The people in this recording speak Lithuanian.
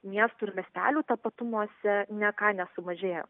miestų ir miestelių tapatumuose ne ką nesumažėjo